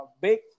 big